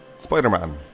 Spider-Man